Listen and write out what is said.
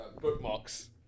bookmarks